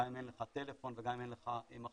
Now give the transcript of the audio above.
גם אם אין לך טלפון וגם אם אין לך מחשב,